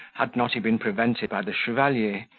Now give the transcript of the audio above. had not he been prevented by the chevalier,